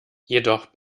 jedoch